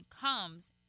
comes